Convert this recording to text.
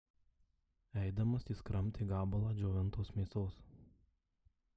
eidamas jis kramtė gabalą džiovintos mėsos